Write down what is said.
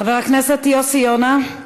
חבר הכנסת יוסי יונה,